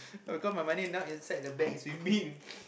how come my money now inside my bank is with me